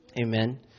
Amen